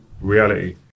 reality